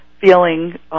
feeling